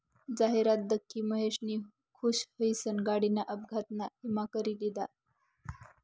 जाहिरात दखी महेशनी खुश हुईसन गाडीना अपघातना ईमा करी लिधा